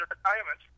retirement